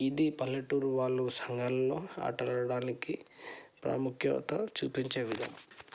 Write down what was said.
ఇది పల్లెటూరు వాళ్ళు సంఘాలలో ఆటలు ఆడడానికి ప్రాముఖ్యత చూపించే విధం